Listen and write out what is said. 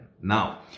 Now